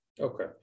Okay